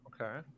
okay